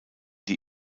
die